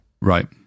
Right